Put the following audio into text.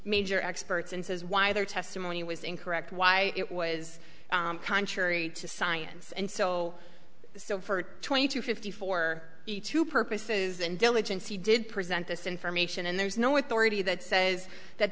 major experts and says why their testimony was incorrect why it was contrary to science and so so for twenty to fifty for the two purposes and diligence he did present this information and there is no authority that says that